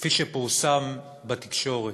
כפי שפורסם בתקשורת,